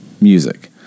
music